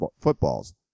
footballs